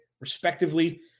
respectively